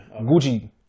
Gucci